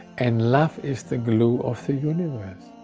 and love is the glue of the universe.